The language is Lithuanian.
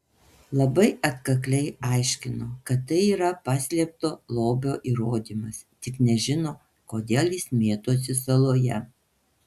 labai atkakliai aiškino kad tai yra paslėpto lobio įrodymas tik nežino kodėl jis mėtosi saloje